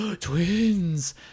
twins